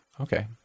okay